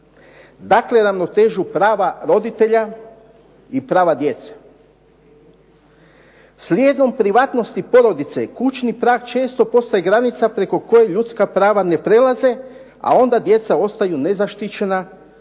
Dakle, ravnotežu prava roditelja i prava djece. Slijedom privatnosti porodice kućni prag često postaje granica preko koje ljudska prava ne prelaze, a onda djeca ostaju nezaštićena od zlostavljanja